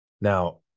Now